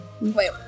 Wait